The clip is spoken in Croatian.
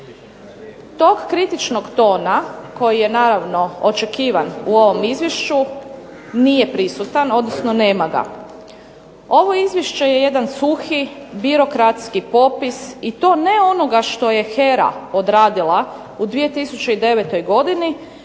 Tog kritičnog tona koji je naravno očekivan u ovom izvješću nije prisutan, odnosno nema ga. Ovo izvješće je jedan suhi birokratski popis, i to ne onoga što je HERA odradila u 2009. godini,